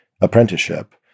apprenticeship